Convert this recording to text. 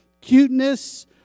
cuteness